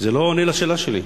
זה לא עונה על השאלה שלי.